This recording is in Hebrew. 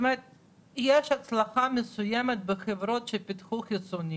יש הצלחה מסוימת בחברות שפיתחו חיסונים